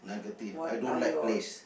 what are your